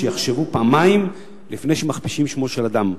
שיחשבו פעמיים לפני שמכפישים שמו של אדם.